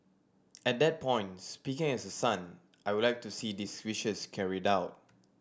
at that point speaking as a son I would like to see these wishes carried out